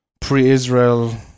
pre-Israel